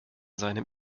seinem